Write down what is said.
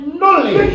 knowledge